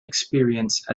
experience